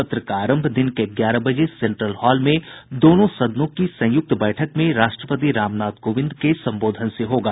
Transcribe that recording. सत्र का आरंभ दिन के ग्यारह बजे सेंट्रल हॉल में दोनों सदनों की संयुक्त बैठक में राष्ट्रपति रामनाथ कोविन्द के संबोधन से होगा